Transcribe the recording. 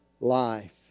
life